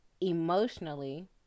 emotionally